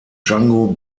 django